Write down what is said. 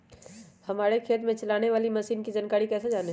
हमारे खेत में चलाने वाली मशीन की जानकारी कैसे जाने?